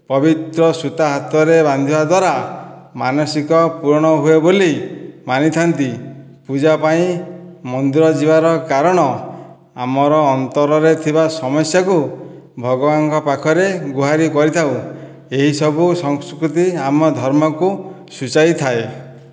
ପବିତ୍ର ସୂତା ହାତରେ ବାନ୍ଧିବା ଦ୍ୱାରା ମାନସିକ ପୂରଣ ହୁଏ ବୋଲି ମାନିଥାନ୍ତି ପୂଜା ପାଇଁ ମନ୍ଦିର ଯିବାର କାରଣ ଆମର ଅନ୍ତରରେ ଥିବା ସମସ୍ୟାକୁ ଭଗବାନଙ୍କ ପାଖରେ ଗୁହାରି କରିଥାଉ ଏହିସବୁ ସଂସ୍କୃତି ଆମ ଧର୍ମକୁ ସୂଚାଇଥାଏ